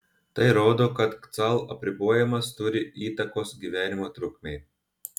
tai rodo kad kcal apribojimas turi įtakos gyvenimo trukmei